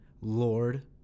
lord